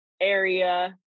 area